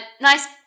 Nice